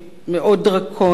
מאוד דרקוניים,